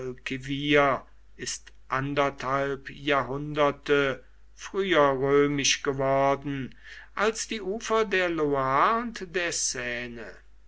ist anderthalb jahrhunderte früher römisch geworden als die ufer der loire und der seine